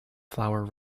flower